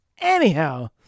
Anyhow